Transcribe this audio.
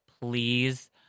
Please